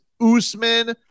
Usman